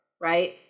right